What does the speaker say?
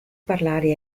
parlare